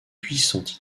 puissant